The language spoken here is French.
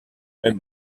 même